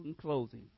closing